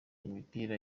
imipira